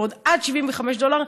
ועוד עד 75 דולר,